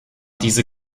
diese